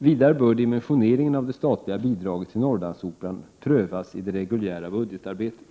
Vidare bör dimensioneringen av det statliga bidraget till Norrlandsoperan prövas i det reguljära budgetarbetet.